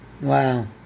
wow